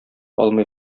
алмый